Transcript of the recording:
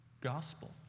gospel